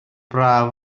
braf